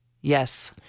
Yes